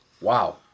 Wow